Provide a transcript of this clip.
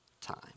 time